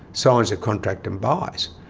signs a contract and buys.